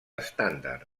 estàndard